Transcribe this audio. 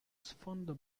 sfondo